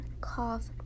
cough